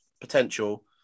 potential